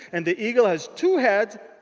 and the eagle has two heads